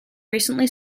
recently